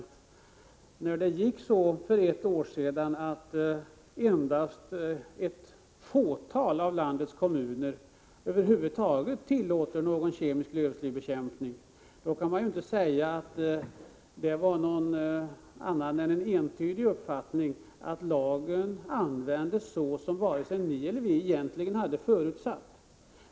Det förhållandet att det för ett år sedan blev så, att endast ett fåtal av landets kommuner över huvud taget tillät kemisk lövslybekämpning visar entydigt att lagen används på ett annat sätt än vad både ni och vi egentligen hade förutsatt.